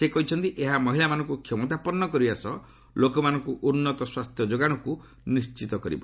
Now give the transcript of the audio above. ସେ କହିଛନ୍ତି ଏହା ମହିଳାମାନଙ୍କୁ କ୍ଷମତାପନ୍ନ କରିବା ସହ ଲୋକମାନଙ୍କୁ ଉନ୍ନତ ସ୍ୱାସ୍ଥ୍ୟ ଯୋଗାଣକୁ ନିଶ୍ଚିତ କରିବ